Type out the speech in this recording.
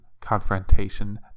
confrontation